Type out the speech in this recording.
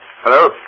Hello